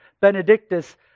Benedictus